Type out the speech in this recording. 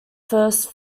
first